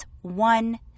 one